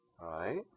right